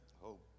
hope